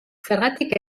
zergatik